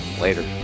Later